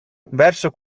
verso